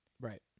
Right